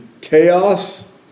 Chaos